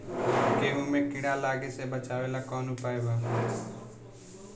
गेहूँ मे कीड़ा लागे से बचावेला कौन उपाय बा?